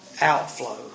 outflow